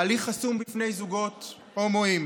ההליך חסום בפני זוגות הומואים.